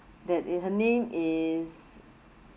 that is her name is